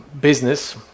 business